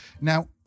Now